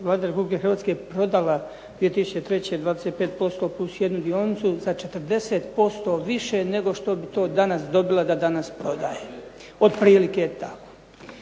Vlada Republike Hrvatske prodala 2003. 25% plus jednu dionicu za 40% više nego što bi to danas dobila da danas prodaje, otprilike tako.